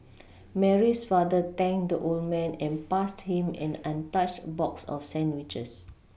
Mary's father thanked the old man and passed him an untouched box of sandwiches